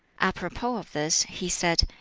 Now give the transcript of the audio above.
apropos of this, he said,